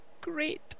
Great